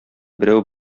берәү